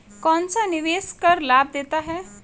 कौनसा निवेश कर लाभ देता है?